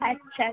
আচ্ছা